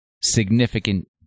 significant